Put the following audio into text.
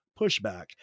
pushback